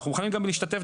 אנחנו מוכנים גם להשתתף,